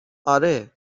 اره